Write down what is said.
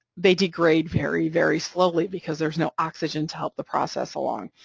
they degrade very, very slowly because there's no oxygen to help the process along.